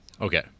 Okay